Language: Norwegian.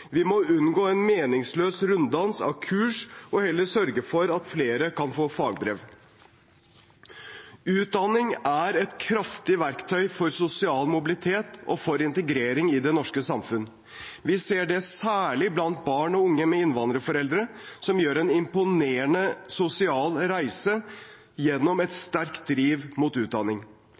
heller sørge for at flere kan få fagbrev. Utdanning er et kraftig verktøy for sosial mobilitet og for integrering i det norske samfunnet. Vi ser det særlig blant barn og unge med innvandrerforeldre, som gjør en imponerende sosial reise gjennom et sterkt driv mot utdanning.